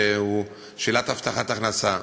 שאלת הבטחת הכנסה.